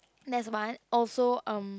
that's one also um